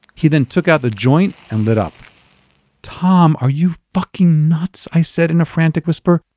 he then took out the joint and lit up tom, are you fucking nuts? i said in a frantic whisper.